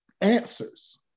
answers